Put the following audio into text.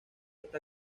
esta